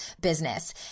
business